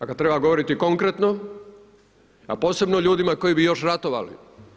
A kad trena govoriti konkretno a posebno ljudima koji bi još ratovali.